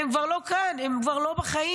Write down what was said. הן כבר לא כאן, הן כבר לא בחיים.